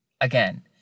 Again